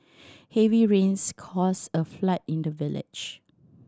heavy rains caused a flood in the village